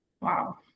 Wow